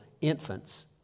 infants